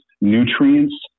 nutrients